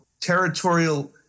territorial